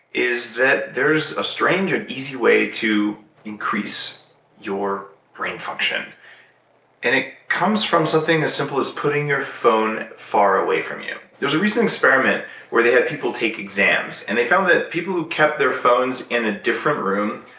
is that there's a strange and easy way to increase your brain function, and it comes from something as simple as putting your phone far away from you there was a recent experiment where they had people take exams, and they found that people who kept their phones in a different room,